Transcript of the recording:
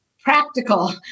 practical